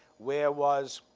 where was